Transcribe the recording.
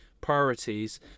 priorities